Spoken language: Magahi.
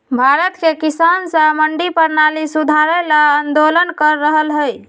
भारत के किसान स मंडी परणाली सुधारे ल आंदोलन कर रहल हए